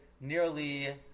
nearly